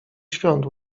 świąt